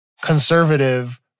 conservative